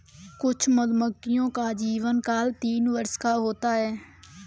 कुछ मधुमक्खियों का जीवनकाल तीन वर्ष का होता है